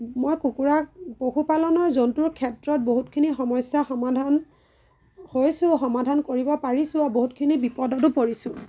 মই কুকুৰাক পশুপালনৰ জন্তুৰ ক্ষেত্ৰত বহুতখিনি সমস্যা সমাধান হৈছোঁও আৰু সমাধান কৰিব পাৰিছোঁও আৰু বহুতখিনি বিপদতো পৰিছোঁ